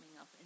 up